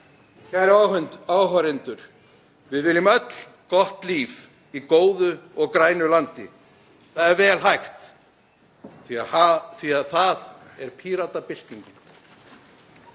Kæru áheyrendur. Við viljum öll gott líf, í góðu og grænu landi. Það er vel hægt því það er Píratabyltingin.